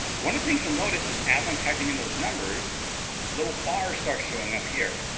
one of the things you'll notice is as i'm typing in those numbers, the little bars start showing up here.